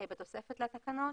לתקנות